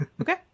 Okay